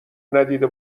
ندیده